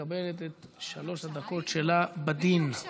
חבר הכנסת חיים ילין, אני פה.